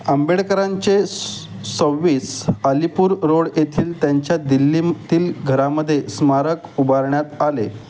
आंबेडकरांचे सव्वीस अलीपूर रोड येथील त्यांच्या दिल्लीतील घरामध्ये स्मारक उभारण्यात आले